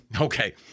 Okay